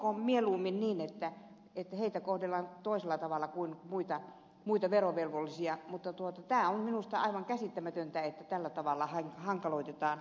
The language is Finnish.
olkoon mieluummin niin että heitä kohdellaan toisella tavalla kuin muita verovelvollisia mutta tämä on minusta aivan käsittämätöntä että tällä tavalla hankaloitetaan sananvapautta